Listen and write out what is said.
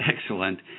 excellent